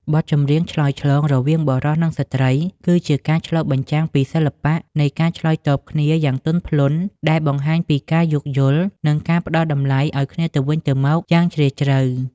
បទចម្រៀងឆ្លើយឆ្លង រវាងបុរសនិងស្រ្តី គឺជាការឆ្លុះបញ្ចាំងពីសិល្បៈនៃការឆ្លើយតបគ្នាយ៉ាងទន់ភ្លន់ ដែលបង្ហាញពីការយោគយល់ និងការផ្តល់តម្លៃឱ្យគ្នាទៅវិញទៅមកយ៉ាងជ្រាលជ្រៅ។